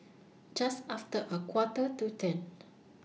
Just after A Quarter to ten